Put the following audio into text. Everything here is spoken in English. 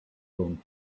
own